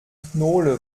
knolle